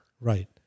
right